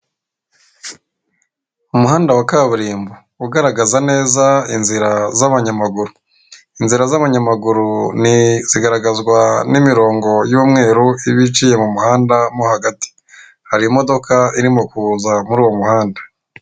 Umuhanda wa kaburimbo. Ugaragaza neza inzira z'abanyamaguru. Inzira z'abanyamaguru zigaragazwa n'imirongo y'umweru iba iciye mu muhanda mo hagati. Hari imodoka irimo kuza muri uwo muhanda.